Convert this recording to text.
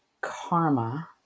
karma